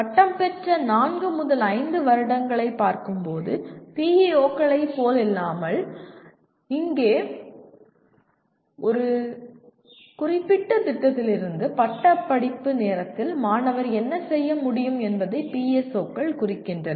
பட்டம் பெற்ற நான்கு முதல் ஐந்து வருடங்களைப் பார்க்கும் PEO களைப் போலல்லாமல் இங்கே ஒரு குறிப்பிட்ட திட்டத்திலிருந்து பட்டப்படிப்பு நேரத்தில் மாணவர் என்ன செய்ய முடியும் என்பதை PSO கள் குறிக்கின்றன